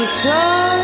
sun